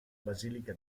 basilica